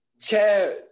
Chad